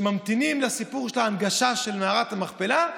שממתינים לסיפור של ההנגשה של מערת המכפלה,